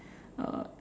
uh